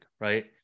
right